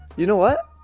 you know what?